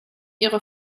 ihre